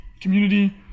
community